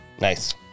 nice